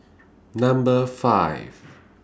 Number five